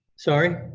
sorry?